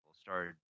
started